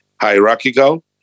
hierarchical